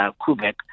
Quebec